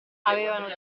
avevano